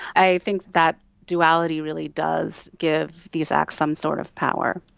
i think that duality really does give these acts some sort of power.